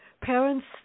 Parents